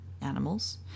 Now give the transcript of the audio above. animals